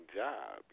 job